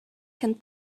can